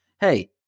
hey